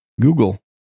google